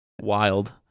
wild